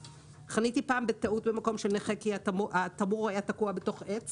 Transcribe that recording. חניתי פעם בטעות במקום של נכה כי התמרור היה תקוע בתוך עץ